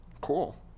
cool